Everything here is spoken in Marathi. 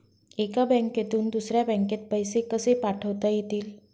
एका बँकेतून दुसऱ्या बँकेत पैसे कसे पाठवता येतील?